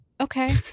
Okay